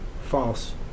false